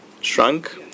shrunk